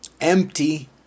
Empty